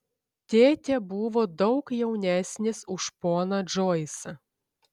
tėtė buvo daug jaunesnis už poną džoisą